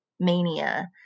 mania